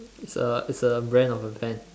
it's a it's a brand of a pen